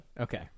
Okay